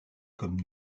comme